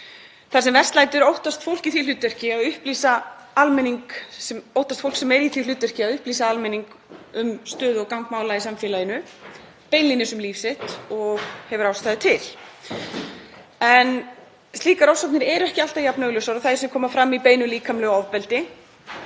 Þegar verst lætur óttast fólk, sem er í því hlutverki að upplýsa almenning um stöðu og gang mála í samfélaginu, beinlínis um líf sitt og hefur ástæðu til. En slíkar ofsóknir eru ekki alltaf jafn augljósar og þær sem koma fram í beinu líkamlegu ofbeldi.